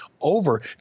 over